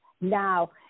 now